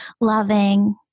loving